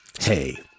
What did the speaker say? Hey